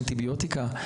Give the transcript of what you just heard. צריך לחדש אנטיביוטיקה,